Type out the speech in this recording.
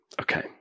Okay